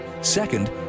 Second